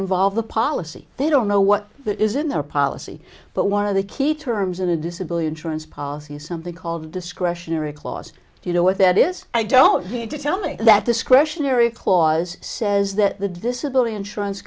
involve the policy they don't know what that is in their policy but one of the key terms in a disability insurance policy is something called discretionary clause you know what that is i don't need to tell me that discretionary clause says that the disability insurance